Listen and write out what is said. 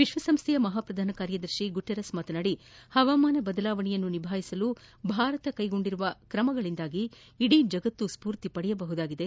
ವಿಶ್ವಸಂಸ್ವೆಯ ಮಹಾಪ್ರಧಾನ ಕಾರ್ಯದರ್ಶಿ ಮಾತನಾಡಿ ಪವಾಮಾನ ಬದಲಾವಣೆಯನ್ನು ನಿಭಾಯಿಸಲು ಭಾರತ ಕ್ಷೆಗೊಂಡಿರುವ ಕ್ರಮಗಳಿಂದ ಇಡೀ ಜಗತ್ತು ಸ್ಪೂರ್ತಿ ಪಡೆಯಬಹುದಾಗಿದೆ